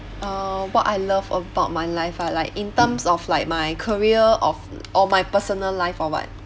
uh what I love about my life ah like in terms of like my career of or my personal life or what